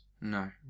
No